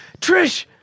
Trish